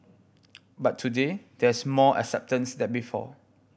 but today there's more acceptance than before